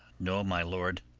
no, my lord.